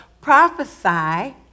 prophesy